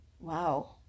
Wow